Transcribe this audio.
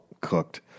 cooked